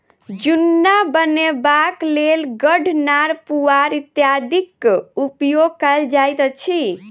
जुन्ना बनयबाक लेल खढ़, नार, पुआर इत्यादिक उपयोग कयल जाइत अछि